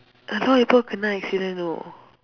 a lot people kena accident you know